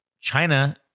China